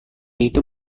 itu